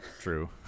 True